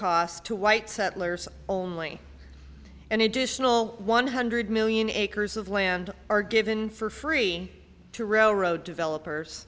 cost to white settlers only an additional one hundred million acres of land are given for free to railroad developers